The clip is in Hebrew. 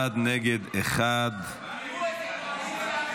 נפגעי עבירות מין), התשפ"ג 2023, לוועדת החוקה,